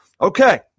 Okay